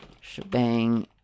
shebang